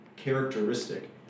characteristic